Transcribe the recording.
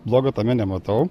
blogo tame nematau